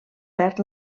perd